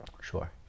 sure